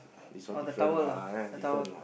oh the tower lah the tower